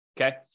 Okay